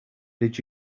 did